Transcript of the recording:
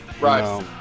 right